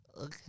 Okay